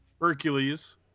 Hercules